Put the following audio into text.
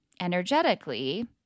energetically